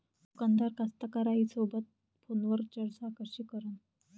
दुकानदार कास्तकाराइसोबत फोनवर चर्चा कशी करन?